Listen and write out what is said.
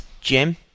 Jim